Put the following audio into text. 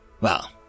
Well